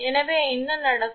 எனவே என்ன நடக்கும்